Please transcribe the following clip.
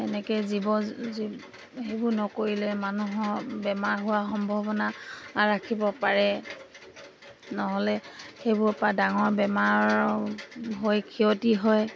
এনেকে সেইবোৰ নকৰিলে মানুহৰ বেমাৰ হোৱাৰ সম্ভাৱনা ৰাখিব পাৰে নহ'লে সেইবোৰৰ পৰা ডাঙৰ বেমাৰ হৈ ক্ষতি হয়